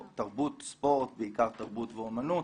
ספורט, בעיקר תרבות ואמנות